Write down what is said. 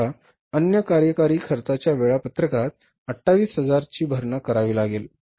आम्हाला अन्य कार्यकारी खर्चाच्या वेळापत्रकात 28000 ची भरणा करावी लागेल